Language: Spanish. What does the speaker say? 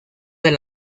del